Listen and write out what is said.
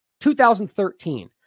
2013